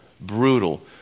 brutal